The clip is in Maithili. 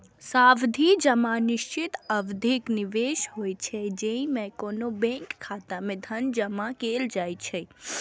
सावधि जमा निश्चित अवधिक निवेश होइ छै, जेइमे कोनो बैंक खाता मे धन जमा कैल जाइ छै